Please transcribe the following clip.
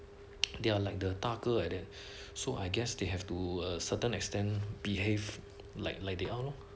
they are like the 大哥 like that so I guess they have to a certain extent behave like like that lor